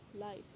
life